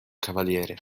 cavaliere